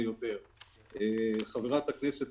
רוכש כרטיס.